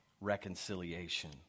reconciliation